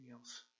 else